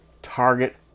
target